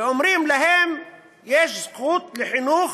ואומרים: להם יש זכות לחינוך